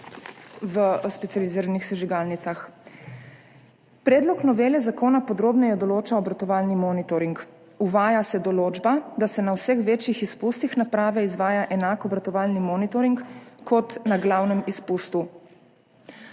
v specializiranih sežigalnicah. Predlog novele zakona podrobneje določa obratovalni monitoring. Uvaja se določba, da se na vseh večjih izpustih naprave izvaja enak obratovalni monitoring kot na glavnem izpustu.